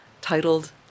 titled